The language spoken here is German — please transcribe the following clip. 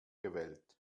gewählt